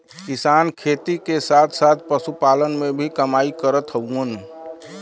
किसान खेती के साथ साथ पशुपालन से भी कमाई करत हउवन